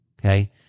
okay